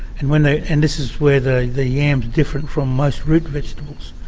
and when they. and this is where the the yam's different from most root vegetables,